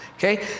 Okay